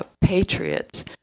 patriots